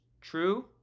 true